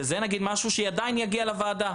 וזה משהו שעדיין יגיע לוועדה.